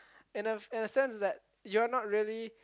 in a in a sense that you're not really